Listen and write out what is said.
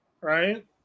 right